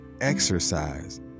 exercise